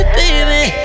baby